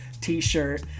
t-shirt